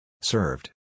Served